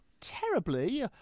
terribly